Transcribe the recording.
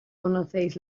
conocéis